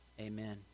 Amen